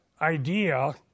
idea